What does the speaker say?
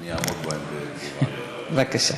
בבקשה.